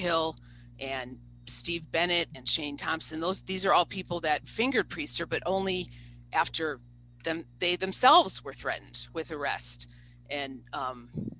hill and steve bennett and chain thompson those these are all people that fingerprints are but only after them they themselves were threatened with arrest and